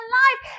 life